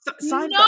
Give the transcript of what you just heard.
No